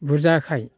बुरजाखाय